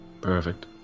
Perfect